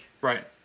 Right